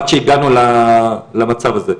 עד שהגענו למצב הזה.